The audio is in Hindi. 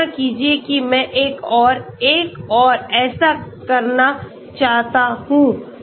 कल्पना कीजिए कि मैं एक और एक और ऐसा करना चाहता हूं